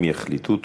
הם יחליטו.